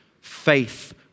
faith